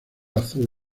azul